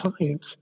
science